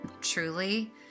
truly